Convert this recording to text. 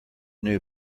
knew